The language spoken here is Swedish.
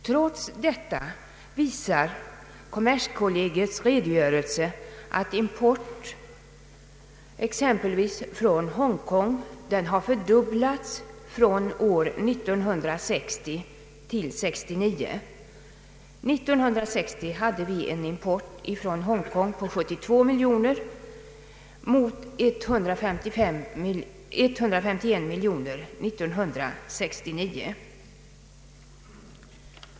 Trots detta visar kommerskollegiums redogörelse att exempelvis importen från Hongkong har fördubbiats från 1960 till 1969. år 1960 hade vi en import från Hongkong på 72 miljoner mot 151 miljoner 1969.